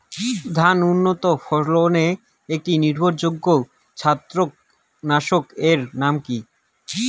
ধান উন্নত ফলনে একটি নির্ভরযোগ্য ছত্রাকনাশক এর নাম কি?